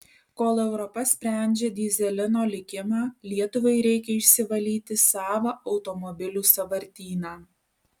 kol europa sprendžia dyzelino likimą lietuvai reikia išsivalyti savą automobilių sąvartyną